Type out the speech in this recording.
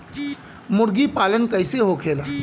मुर्गी पालन कैसे होखेला?